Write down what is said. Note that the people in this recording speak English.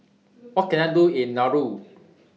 What Can I Do in Nauru